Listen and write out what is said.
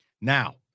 Now